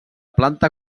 planta